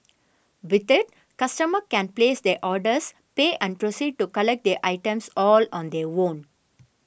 with it customer can place their orders pay and proceed to collect their items all on their own